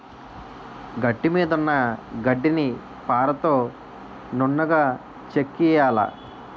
గట్టుమీదున్న గడ్డిని పారతో నున్నగా చెక్కియ్యాల